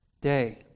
day